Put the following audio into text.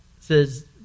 says